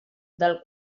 del